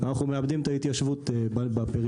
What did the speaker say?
אנחנו מאבדים את ההתיישבות בפריפריה.